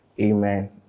Amen